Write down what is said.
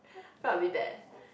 felt a bit bad